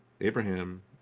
Abraham